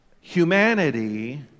humanity